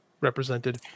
represented